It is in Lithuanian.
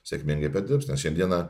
sėkmingai perdirbs nes šiandiena